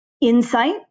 insight